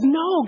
no